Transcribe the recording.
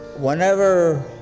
whenever